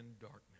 darkness